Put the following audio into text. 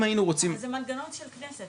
זה מנגנון של כנסת.